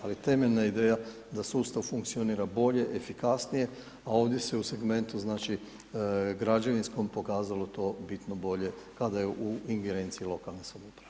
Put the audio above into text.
Ali temeljna ideja da sustav funkcionira bolje, efikasnije, a ovdje se u segmentu građevinskom pokazalo to bitno bolje kada je u ingerenciji lokalne samouprave.